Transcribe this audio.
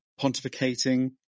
pontificating